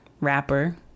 rapper